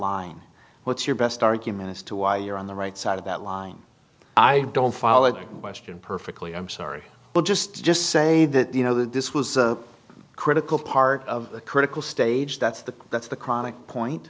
line what's your best argument as to why you're on the right side of that line i don't follow question perfectly i'm sorry but just to just say that you know that this was a critical part of the critical stage that's the that's the chronic point